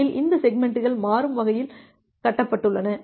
முதலில் இந்த செக்மெண்ட்கள் மாறும் வகையில் கட்டப்பட்டுள்ளன